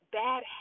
bad